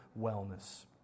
wellness